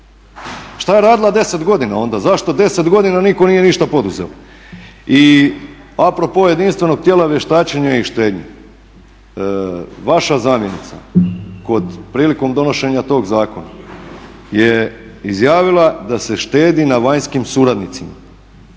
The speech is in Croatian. Šta je radila 10 godina onda, zašto 10 godina nitko nije ništa poduzeo? I a pro po jedinstvenog tijela vještačenja i štednje vaša zamjenica kod, prilikom donošenja tog zakona je izjavila da se štedi na vanjskim suradnicima,